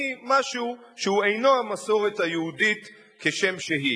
משהו שאינו המסורת היהודית כשם שהיא.